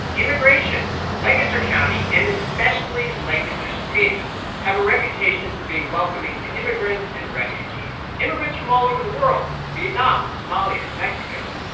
immigration lancaster county and especially lancaster city have a reputation for being welcoming to immigrants and refugees, immigrants from all over the world from vietnam and somalia and mexico.